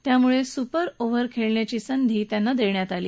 त्यामुळे super over खेळण्याची संधी त्यांना देण्यात आली